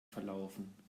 verlaufen